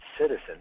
citizen